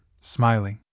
smiling